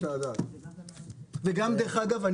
ודרך אגב,